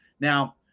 Now